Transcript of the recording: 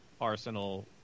Arsenal